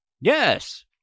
Yes